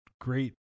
great